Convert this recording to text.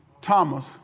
Thomas